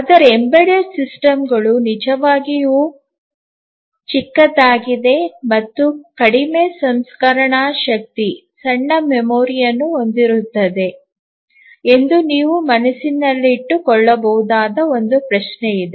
ಆದರೆ ಎಂಬೆಡೆಡ್ ಸಿಸ್ಟಂಗಳು ನಿಜವಾಗಿಯೂ ಚಿಕ್ಕದಾಗಿದೆ ಮತ್ತು ಕಡಿಮೆ ಸಂಸ್ಕರಣಾ ಶಕ್ತಿ ಸಣ್ಣ ಮೆಮೊರಿಯನ್ನು ಹೊಂದಿರುತ್ತವೆ ಎಂದು ನೀವು ಮನಸ್ಸಿನಲ್ಲಿಟ್ಟುಕೊಳ್ಳಬಹುದಾದ ಒಂದು ಪ್ರಶ್ನೆ ಇದೆ